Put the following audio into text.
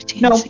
No